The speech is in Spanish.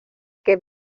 qué